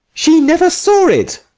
she never saw it.